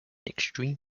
extreme